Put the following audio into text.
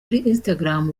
instagram